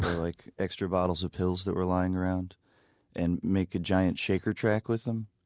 like, extra bottles of pills that were lying around and make a giant shaker track with them,